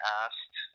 asked